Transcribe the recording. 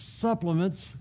supplements